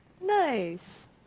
Nice